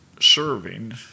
serving